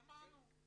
גמרנו,